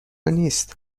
نیست